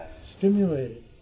stimulated